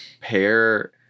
pair